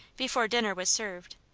before dinner was served,